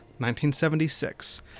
1976